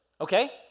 okay